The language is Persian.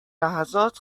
لحظات